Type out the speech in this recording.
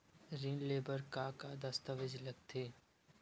ऋण ले बर का का दस्तावेज लगथे?